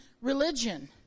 religion